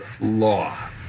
law